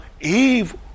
Eve